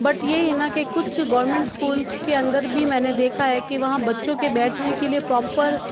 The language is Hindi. बट यह है न कि कुछ गवरमेंट स्कूल्स के अंदर भी मैंने देखा है कि वहाँ बच्चों के बैठने के लिए प्रॉपर